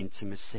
intimacy